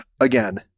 again